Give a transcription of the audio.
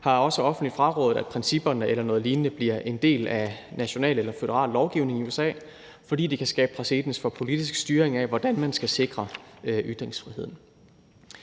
har også offentligt frarådet, at principperne eller noget lignende bliver en del af en national eller føderal lovgivning i USA, fordi det kan skabe præcedens for politisk styring af, hvordan man skal sikre ytringsfriheden.